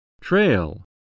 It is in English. Trail